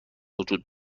وجود